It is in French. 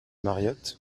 mariott